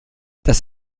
das